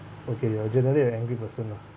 okay you are generally an angry person lah